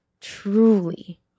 truly